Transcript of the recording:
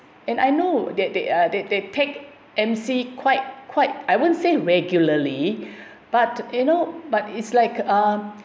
and I know that they uh they they take M_C quite quite I wouldn't say regularly but you know but it's like um